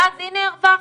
ואז הנה הרווחנו,